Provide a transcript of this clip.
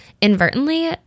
inadvertently